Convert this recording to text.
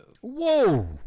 Whoa